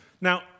Now